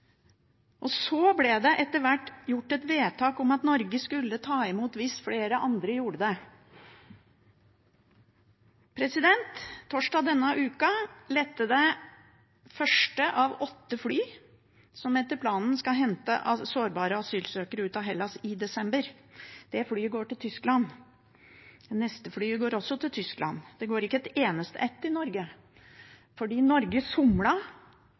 Så ble det etter hvert gjort et vedtak om at Norge skulle ta imot hvis flere andre gjorde det. Torsdag denne uka lettet det første av åtte fly som etter planen skal hente sårbare asylsøkere ut av Hellas i desember. Det flyet går til Tyskland. Det neste flyet går også til Tyskland. Det går ikke et eneste ett til Norge, fordi Norge